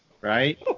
right